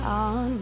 on